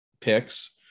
picks